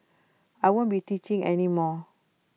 I won't be teaching any more